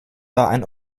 ein